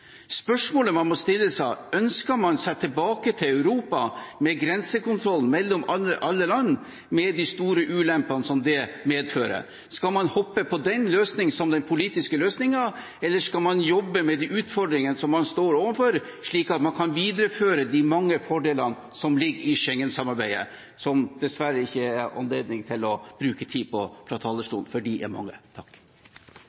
Spørsmålet man må stille seg, er: Ønsker man seg tilbake til et Europa med grensekontroll mellom alle land, med de store ulempene som det medfører? Skal man hoppe på den løsningen som den politiske løsningen, eller skal man jobbe med de utfordringene som man står overfor, slik at man kan videreføre de mange fordelene som ligger i Schengen-samarbeidet – som det dessverre ikke er anledning til å bruke tid på fra